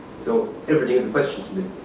so everything's a question to me.